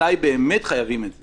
מתי באמת חייבים את זה?